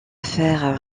faire